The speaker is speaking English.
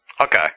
Okay